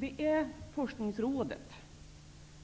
Det är forskningsrådet